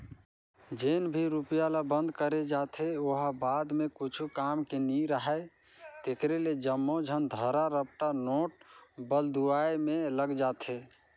जेन भी रूपिया ल बंद करे जाथे ओ ह बाद म कुछु काम के नी राहय तेकरे ले जम्मो झन धरा रपटा नोट बलदुवाए में लग जाथे